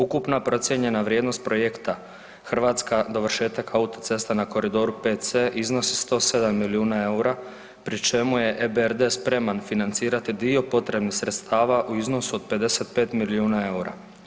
Ukupna procijenjena vrijednost projekta Hrvatska dovršetak autoceste na koridoru 5C iznosi 107 milijuna eura pri čemu je EBRD spreman financirati dio potrebnih sredstava u iznosu od 55 milijuna eura.